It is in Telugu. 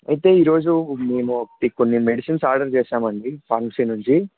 అయితే ఈరోజు మేము కొన్ని మెడిసిన్స్ ఆర్డర్ చేశామండి ఫంక్షన్ నుంచి